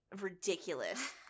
ridiculous